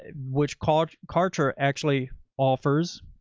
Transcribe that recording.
and which called kartra actually offers.